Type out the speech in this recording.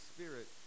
Spirit